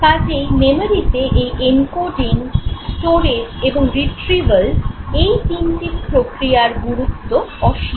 কাজেই মেমোরিতে এই "এনকোডিং" "স্টোরেজ" এবং "রিট্রিভাল" এই তিনটি প্রক্রিয়ার গুরুত্ব অসীম